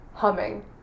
humming